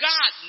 God